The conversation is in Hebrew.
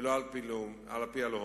ולא על-פי לאום.